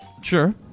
Sure